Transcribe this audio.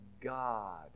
God